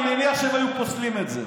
אני מניח שהם היו פוסלים את זה.